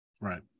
right